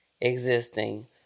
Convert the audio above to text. Existing